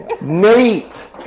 Nate